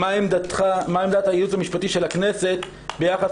מה עמדת הייעוץ המשפטי של הכנסת ביחס